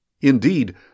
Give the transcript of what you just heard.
Indeed